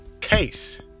case